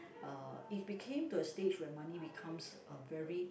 uh it became to a stage when money becomes a very